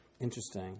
Interesting